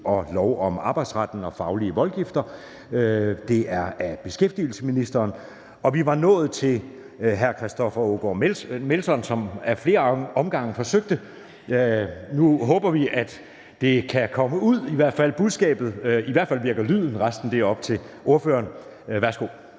L 68. Der var lydproblemer i Folketingssalen. Nu fungerer lyden, og vi var nået til hr. Christoffer Aagaard Melson, som ad flere omgange forsøgte at tale. Nu håber vi, at det kan komme ud, i hvert fald budskabet. I hvert fald virker lyden – resten er op til ordføreren. Værsgo.